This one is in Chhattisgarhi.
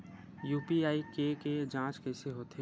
यू.पी.आई के के जांच कइसे होथे?